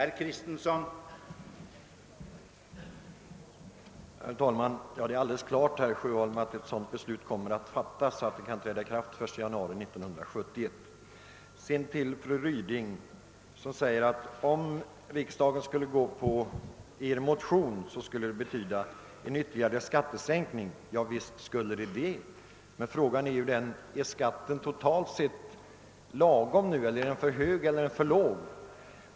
Herr talman! Det är klart, herr Sjöholm, att ett sådant belsut beträffande 48 8 kommunalskattelagen kommer att fattas så att det kan träda i kraft den 1 januari 1971. Fru Ryding säger att om riksdagen skulle bifalla den motion hon talat för, skulle det betyda ytterligare skattesänkning. Ja, visst skulle så bli fallet. Man måste då fråga sig: Är sjömansskatten totalt sett lagom nu, eller är den för hög eller är den för låg?